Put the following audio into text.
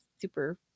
super